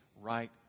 right